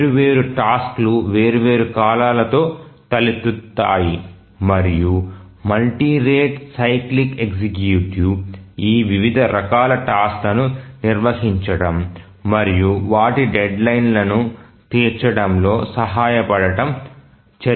వేర్వేరు టాస్క్ లు వేర్వేరు కాలాలతో తలెత్తుతాయి మరియు మల్టీ రేటు సైక్లిక్ ఎగ్జిక్యూటివ్ ఈ వివిధ రకాల టాస్క్ లను నిర్వహించడం మరియు వాటి డెడ్లైన్లను తీర్చడంలో సహాయపడటం చర్చించబడతాయి